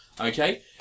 Okay